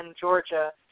Georgia